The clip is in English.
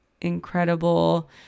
incredible